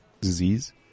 disease